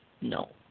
No